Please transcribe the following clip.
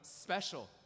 special